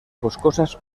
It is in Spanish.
boscosas